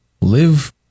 live